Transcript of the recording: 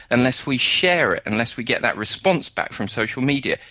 unless we share it, unless we get that response back from social media,